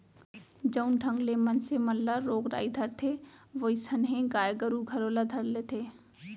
जउन ढंग ले मनसे मन ल रोग राई धरथे वोइसनहे गाय गरू घलौ ल धरथे